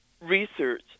research